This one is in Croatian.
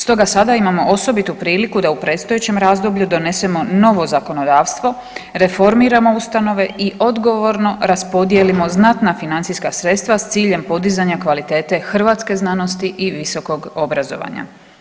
Stoga sada imamo osobitu priliku da u predstojećem razdoblju donesemo novo zakonodavstvo, reformiramo ustanove i odgovorno raspodijelimo znatna financijska sredstva s ciljem podizanja kvalitete hrvatske znanosti i visokog obrazovanja.